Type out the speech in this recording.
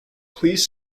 please